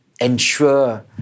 ensure